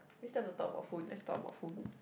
we start to talk about food let's talk about food